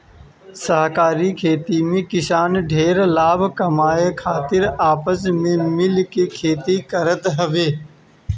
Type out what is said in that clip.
सहकारी खेती में किसान ढेर लाभ कमाए खातिर आपस में मिल के खेती करत हवे